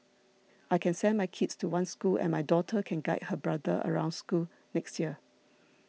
I can send my kids to one school and my daughter can guide her brother around school next year